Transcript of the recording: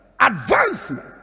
advancement